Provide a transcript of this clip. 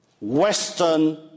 Western